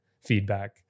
feedback